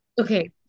Okay